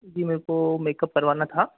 जी मेरे को मेकअप करवाना था